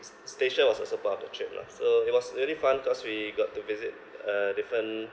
s~ stacia was also part of the trip lah so it was really fun cause we got to visit uh different